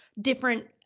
different